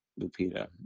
Lupita